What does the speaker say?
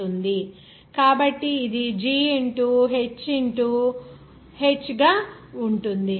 కాబట్టి ఇది g into h into h గా ఉంటుంది